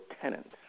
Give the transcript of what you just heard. tenant